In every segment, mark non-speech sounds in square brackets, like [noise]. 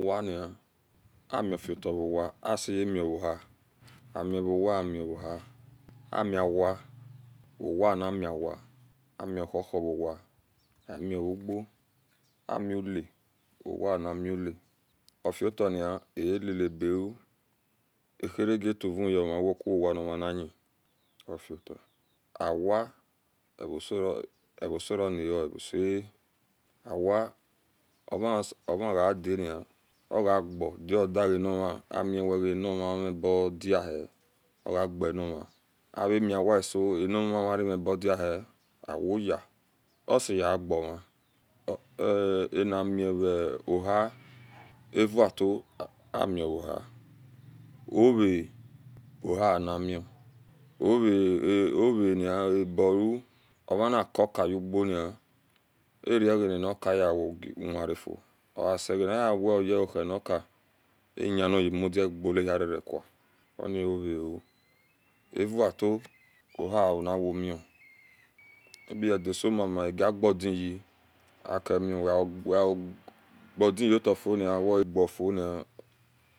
Rowani amifota viwa aseye mio vhia amio riwa amio rowa awia owa ani mi awia ami kukurowa a miuguo amilae owa-animi-lae ofotani alaebeu ohira gie-twuvyama uwa-wa niriniyi ofotao awai [hesitation] eeosonio ehosoehi awia [hesitation] orin gadeni ogao dugitamirnima amiwiga anirn omebodihi ogae nima aremi awia e-so eniun-rnarhibo dihi awioyai oseye agoma [hesitation] animirohia evato amirhi orha ohanimi [hesitation] orha-ni abau omana kukauga ni arega ni ku ka yewnrefo oras egana yaee oyaoyana ku ka ayia noyi mudia agolahirere cao oni orhau avato owa aniwomi maybe edaso mama agieodieye [hesitation] akemi weawo odieutafioni weofion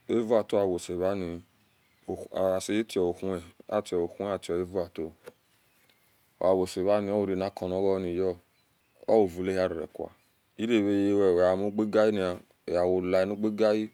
avato awosareni an seyet ohu atiohi avato oawoserni owa ranikeni ni gayei owurlahirere va eravyewe yueamugigaei ni agawa valinigai.